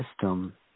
system